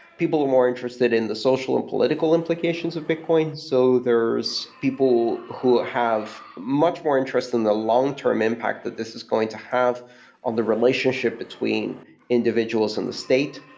people are more interested in the social and political implications of bitcoin. so there's people who have much more interest than the long-term impact that this is going to have on the relationship between individuals in the state,